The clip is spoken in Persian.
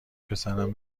پسرم